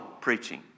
preaching